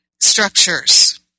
structures